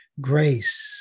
Grace